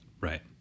Right